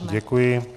Děkuji.